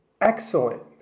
excellent